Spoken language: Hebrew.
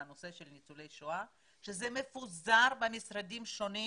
בנושא של ניצולי השואה היא שזה מפוזר בין המשרדים השנים,